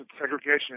Segregation